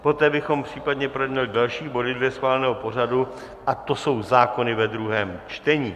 Poté bychom případně projednali další body dle schváleného pořadu a těmi jsou zákony ve druhém čtení.